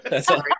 Sorry